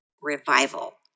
Revival